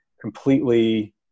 completely